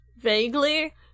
vaguely